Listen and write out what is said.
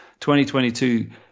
2022